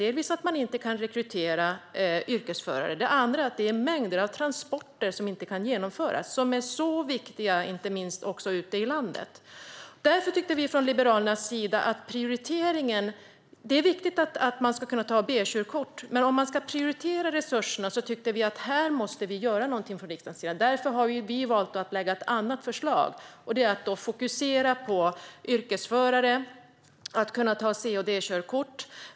Dels kan man inte rekrytera yrkesförare, dels är det mängder av transporter som inte kan genomföras - transporter som är så viktiga, inte minst ute i landet. Därför gör vi från Liberalernas sida en annan prioritering. Det är viktigt att man ska kunna ta B-körkort, men om vi ska prioritera resurserna tycker vi att här måste vi göra någonting från riksdagens sida. Därför har vi valt att lägga fram ett annat förslag, och det är att fokusera på yrkesförare och att kunna ta C och Dkörkort.